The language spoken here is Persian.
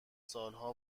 سالها